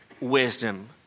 wisdom